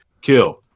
Kill